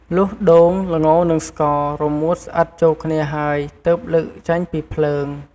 លុះដូង ល្ងនិងស្ករ រមួតស្អិតចូលគ្នាហើយ ទើបលើកចេញពីភ្លើង។